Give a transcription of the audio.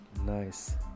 nice